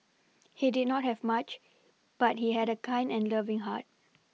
he did not have much but he had a kind and loving heart